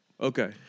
Okay